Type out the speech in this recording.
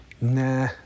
nah